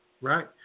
Right